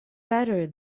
better